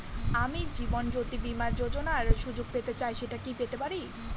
আমি জীবনয্যোতি বীমা যোযোনার সুযোগ পেতে চাই সেটা কি পেতে পারি?